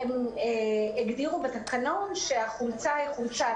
בבית הספר הגדירו בתקנון שיש ללבוש חולצת